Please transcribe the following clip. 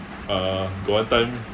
uh got one time